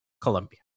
Colombia